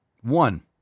One